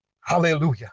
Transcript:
Hallelujah